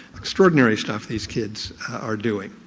extraordinary stuff these kids are doing.